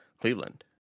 cleveland